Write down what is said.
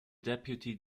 deputy